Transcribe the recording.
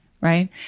right